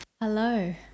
Hello